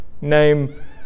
name